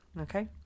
Okay